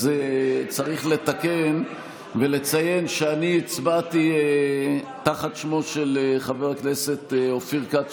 אז צריך לתקן ולציין שאני הצבעתי תחת שמו של חבר הכנסת אופיר כץ,